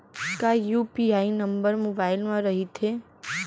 का UPI number mobile म रहिथे?